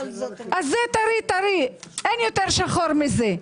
אז זה טרי טרי, אין יותר שחור מזה.